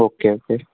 okay okay